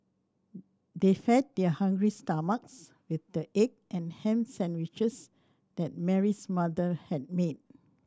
they fed their hungry stomachs with the egg and ham sandwiches that Mary's mother had made